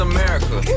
America